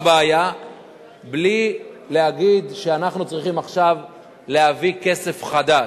הבעיה בלי להגיד שאנחנו צריכים עכשיו להביא כסף חדש.